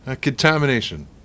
contamination